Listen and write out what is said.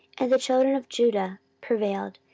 and the children of judah prevailed,